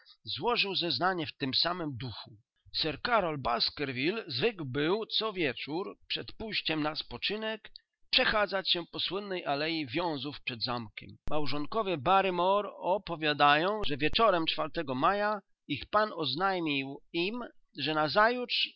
złożył zeznanie w tym samym duchu sir karol baskerville zwykł był co wieczór przed pójściem na spoczynek przechadzać się po słynnej alei wiązów przed zamkiem małżonkowie barrymore opowiadają że wieczorom go maja ich pan oznajmił im że